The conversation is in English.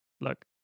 look